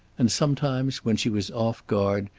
and sometimes, when she was off guard,